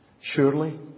Surely